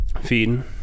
feeding